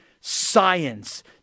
science